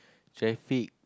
traffic